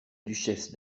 duchesse